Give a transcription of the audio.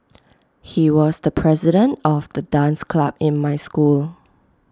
he was the president of the dance club in my school